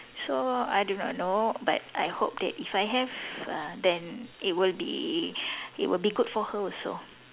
so I do not know but I hope that if I have uh then it would be it would be good for her also